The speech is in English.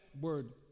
word